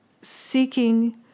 seeking